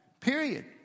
Period